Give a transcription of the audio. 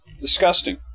Disgusting